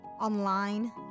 online